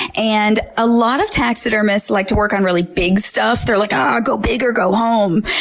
and a lot of taxidermists like to work on really big stuff. they're like, argh! go big or go home!